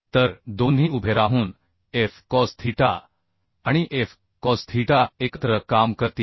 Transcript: तर दोन्ही उभे राहून एफ कॉस थीटा आणि एफ कॉस थीटा एकत्र काम करतील